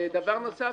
דבר נוסף,